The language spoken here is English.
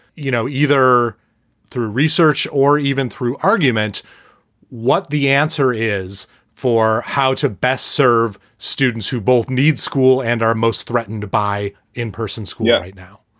you know, either through research or even through argument what the answer is for how to best serve students who both need school and are most threatened by in-person school. yeah now,